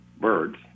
birds